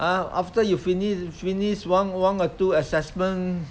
ah after you finish finish one one or two assessment